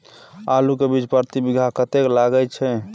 आलू के बीज प्रति बीघा कतेक लागय छै?